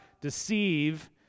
deceive